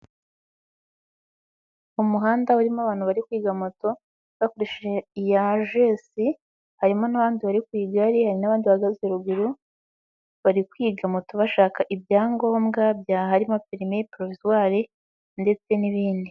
Umuhanda urimo abantu bari kwiga moto bakoresheje iy'Ajesi harimo n'abandi bari ku igare, hari n'abandi bahagaze ruguru bari kwiga moto bashaka ibyangombwa harimo perimi, porovizwari ndetse n'ibindi.